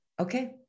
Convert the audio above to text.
okay